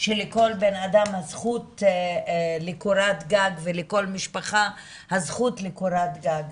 שלכל בן אדם הזכות לקורת גג ולכל משפחה הזכות לקורת גג.